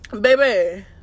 Baby